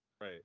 right